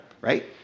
Right